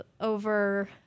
over